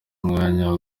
umwanya